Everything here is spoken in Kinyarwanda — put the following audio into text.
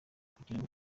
kugirango